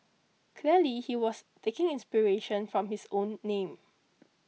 clearly he was taking inspiration from his own name